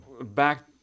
Back